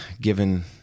given